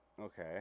Okay